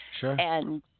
Sure